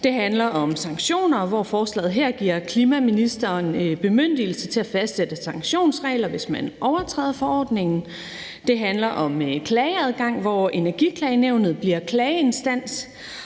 Det handler om sanktioner, hvor forslaget giver klimaministeren bemyndigelse til at fastsætte sanktionsregler, hvis man overtræder forordningen. Det handler om klageadgang, hvor Energiklagenævnet bliver klageinstans.